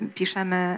piszemy